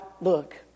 look